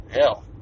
Hell